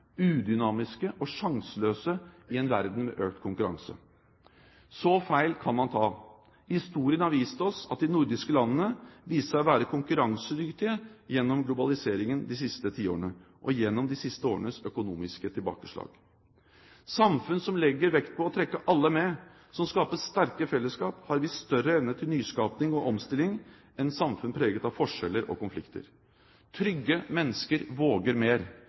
udynamiske og sjanseløse i en verden med økt konkurranse. Så feil kan man ta. Historien har vist oss at de nordiske landene viste seg å være konkurransedyktige gjennom globaliseringen de siste tiårene og gjennom de siste årenes økonomiske tilbakeslag. Samfunn som legger vekt på å trekke alle med, som skaper sterke fellesskap, har vist større evne til nyskaping og omstilling enn samfunn preget av forskjeller og konflikter. Trygge mennesker våger mer.